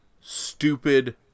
stupid